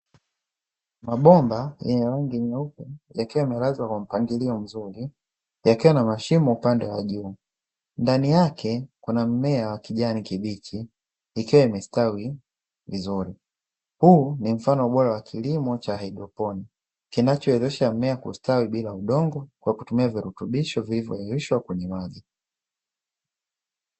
Mabomba yenye rangi nyeupe yakiwa yemelazwa kwa mpangilio mzuri, yakiwa na mashimo upande wa juu, ndani yake kuna mimea ya kijani kibichi ikiwa imestawi vizuri. Huu ni mfumo bora wa kilimo cha haidroponi, unaosaidia mimea kukua bila udongo, kwa kutumia virutubisho vilivyoyeyushwa kwenye maji.